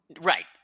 Right